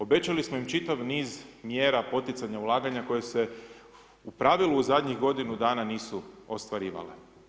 Obećali smo im čitav niz mjera poticanja ulaganja koje su pravilu u zadnjih godinu dana nisu ostvarivale.